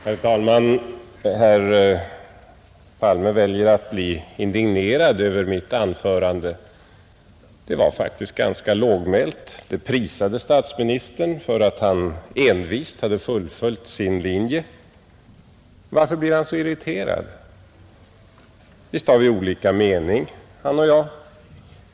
Herr talman! Herr Palme väljer att bli indignerad över mitt anförande. Det var faktiskt ganska lågmält, det prisade statsministern för att han envist har fullföljt sin linje. Varför blir han så irriterad? Visst har vi olika mening, han och jag.